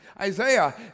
Isaiah